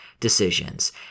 Decisions